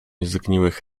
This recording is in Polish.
zgniłych